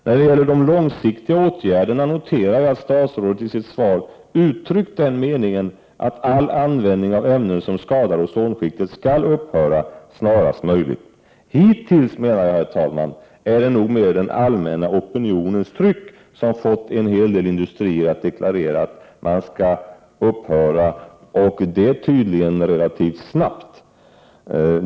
När det gäller de långsiktiga åtgärderna noterar jag att statsrådet i sitt svar uttryckt den meningen att all användning av ämnen som skadar ozonskiktet skall upphöra snarast möjligt. Herr talman! Jag menar att det hittills mest är den allmänna opinionen som har fått industrier att deklarera att de skall upphöra med utsläppen — och det tydligen relativt snart!